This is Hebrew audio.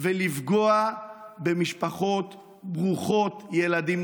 ולפגוע במשפחות ברוכות ילדים.